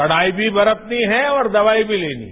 कड़ाई भी बरतनी है और दवाई भी लेनी है